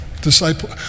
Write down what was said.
Disciple